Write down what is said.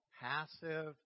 passive